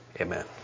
Amen